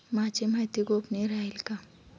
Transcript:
माझी माहिती गोपनीय राहील का?